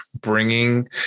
bringing